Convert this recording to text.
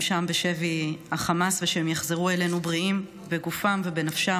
שם בשבי החמאס ושהם יחזרו אלינו בריאים בגופם ובנפשם,